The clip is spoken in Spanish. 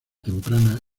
temprana